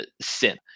sin